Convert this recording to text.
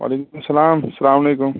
وعلیکُم السلام السلام علیکُم